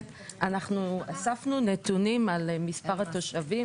אספנו נתונים על מספר התושבים.